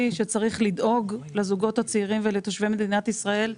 שצריך לדאוג לזוגות הצעירים ולתושבי מדינת ישראל,